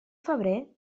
febrer